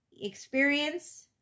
Experience